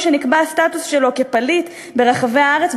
שנקבע הסטטוס שלו כפליט ברחבי הארץ,